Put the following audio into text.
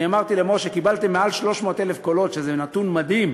אני אמרתי למשה: קיבלתם מעל 300,000 קולות שזה נתון מדהים